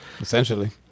essentially